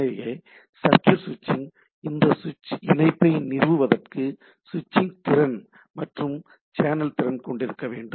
எனவே சர்க்யூட் சுவிட்சிங் இந்த சுவிட்சிங் இணைப்பை நிறுவுவதற்கு சுவிட்சிங் திறன் மற்றும் சேனல் திறன் கொண்டிருக்க வேண்டும்